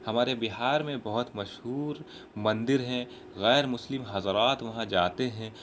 ہمارے بہار میں بہت مشہور مندر ہیں غیرمسلم حضرات وہاں جاتے ہیں